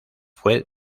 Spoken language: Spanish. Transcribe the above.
fue